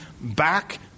back